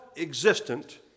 existent